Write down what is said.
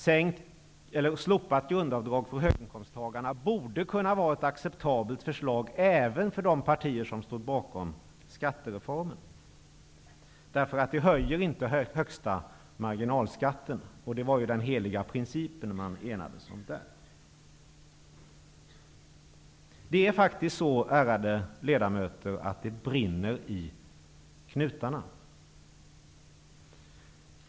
Sänkt eller slopat grundavdrag för höginkomsttagarna borde kunna vara ett acceptabelt förslag även för de partier som står bakom skattereformen, eftersom vi härigenom inte höjer den högsta marginalskatten, vilket var den heliga princip som man enades om där. Det är faktiskt så, ärade ledamöter, att det brinner i knutarna.